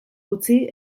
utzi